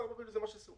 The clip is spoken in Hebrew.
24 ביולי זה מה שסוכם.